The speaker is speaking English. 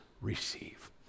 receive